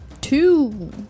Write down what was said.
Two